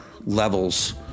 levels